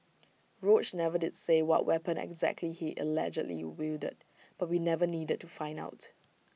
roach never did say what weapon exactly he allegedly wielded but we never needed to find out